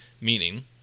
Meaning